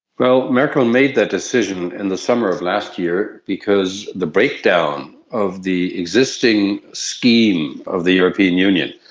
well, merkel made that decision in the summer of last year because the breakdown of the existing scheme of the european union,